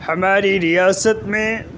ہماری ریاست میں